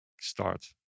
start